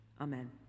Amen